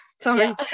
sorry